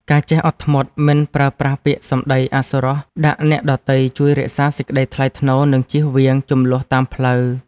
ការចេះអត់ធ្មត់មិនប្រើប្រាស់ពាក្យសម្តីអសុរោះដាក់អ្នកដទៃជួយរក្សាសេចក្ដីថ្លៃថ្នូរ និងជៀសវាងជម្លោះតាមផ្លូវ។